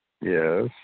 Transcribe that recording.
yes